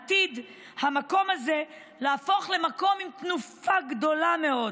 המקום הזה עתיד להפוך למקום עם תנופה גדולה מאוד.